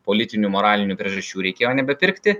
politinių moralinių priežasčių reikėjo nebepirkti